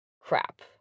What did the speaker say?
crap